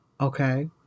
okay